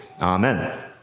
Amen